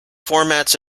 formats